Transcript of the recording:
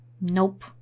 Nope